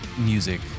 music